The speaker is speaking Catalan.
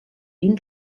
vint